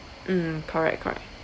mm correct correct